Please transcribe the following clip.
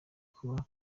kuba